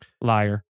liar